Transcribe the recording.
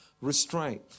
restraint